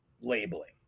labeling